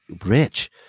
Rich